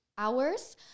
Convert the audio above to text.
hours